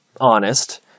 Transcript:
honest